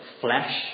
flesh